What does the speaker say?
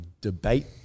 debate